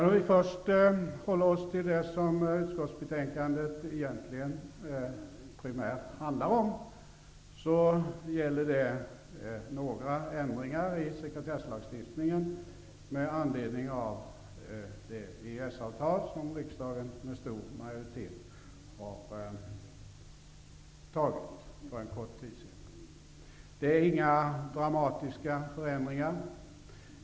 Om vi först håller oss till det som utskottsbetänkandet egentligen primärt handlar om, så gäller det några ändringar i sekretesslagstiftningen med anledning av det EES avtal som riksdagen med stor majoritet har godtagit för kort tid sedan. Det är inga dramatiska förändringar.